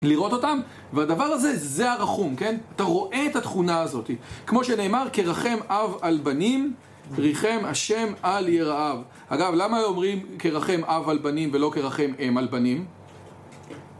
לראות אותם, והדבר הזה, זה הרחום, כן? אתה רואה את התכונה הזאת. כמו שנאמר, כרחם אב על בנים, ריחם השם על יראב. אגב, למה אומרים כרחם אב על בנים ולא כרחם הם על בנים?